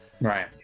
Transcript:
Right